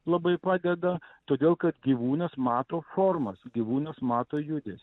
labai padeda todėl kad gyvūnas mato formas gyvūnas mato judesį